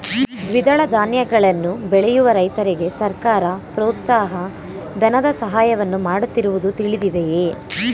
ದ್ವಿದಳ ಧಾನ್ಯಗಳನ್ನು ಬೆಳೆಯುವ ರೈತರಿಗೆ ಸರ್ಕಾರ ಪ್ರೋತ್ಸಾಹ ಧನದ ಸಹಾಯವನ್ನು ಮಾಡುತ್ತಿರುವುದು ತಿಳಿದಿದೆಯೇ?